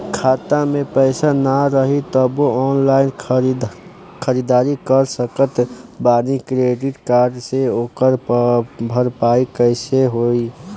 खाता में पैसा ना रही तबों ऑनलाइन ख़रीदारी कर सकत बानी क्रेडिट कार्ड से ओकर भरपाई कइसे होई?